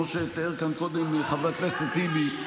כמו שתיאר כאן קודם חבר הכנסת טיבי,